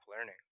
learning